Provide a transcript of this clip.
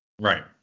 Right